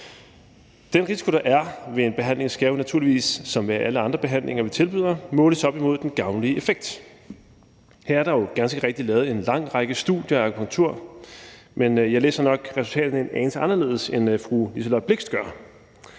Den risiko, der er ved en behandling, skal jo naturligvis som ved alle andre behandlinger, vi tilbyder, måles op imod den gavnlige effekt, og her er der jo ganske rigtigt lavet en lang række studier af akupunktur, men jeg læser nok resultaterne en anelse anderledes, end fru Liselott Blixt gør,